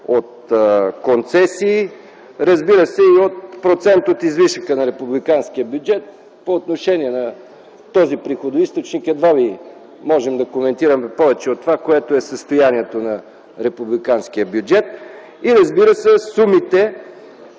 от концесии и процент от излишъка на републиканския бюджет. По отношение на този приходоизточник едва ли можем да коментираме повече от това - какво е състоянието на републиканския бюджет, сумите